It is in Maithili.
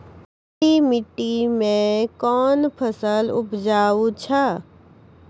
पहाड़ी मिट्टी मैं कौन फसल उपजाऊ छ?